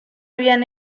habían